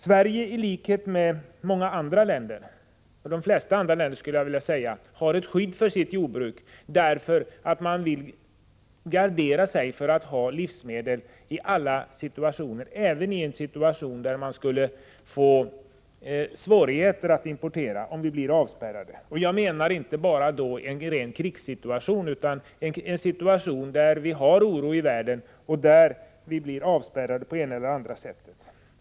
Sverige har, i likhet med de flesta länder, ett skydd för jordbruket, därför att man vill gardera sig så att det finns livsmedel i alla situationer — även i en situation där det skulle uppstå svårigheter att importera. Jag syftar på en avspärrningssituation. Det behöver inte bara vara fråga om en ren krigssituation, utan det kan vara så att vi har oro i världen och blir avspärrade på det ena eller andra sättet.